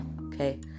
Okay